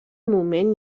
moment